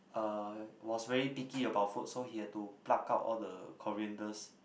uh was really picky about food so he had to pluck out all the corianders